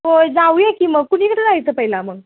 होय जाऊया की मग कुणीकडं जायचं पहिला मग